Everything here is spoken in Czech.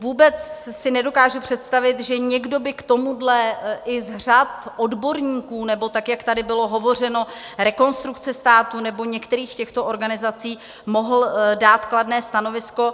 Vůbec si nedokážu představit, že někdo by k tomuhle i z řad odborníků, nebo tak jak tady bylo hovořeno Rekonstrukce státu nebo některých těchto organizací mohl dát kladné stanovisko.